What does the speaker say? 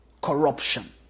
corruption